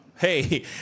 Hey